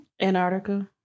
Antarctica